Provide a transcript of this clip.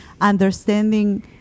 understanding